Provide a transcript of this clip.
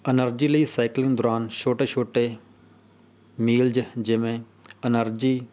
energy ਲਈ cycling ਦੌਰਾਨ ਛੋਟੇ ਛੋਟੇ ਮੀਲਜ ਜਿਵੇਂ ਐਨਰਜੀ